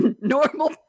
normal